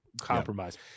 compromise